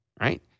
Right